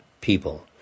people